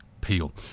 Peel